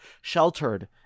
sheltered